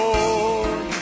Lord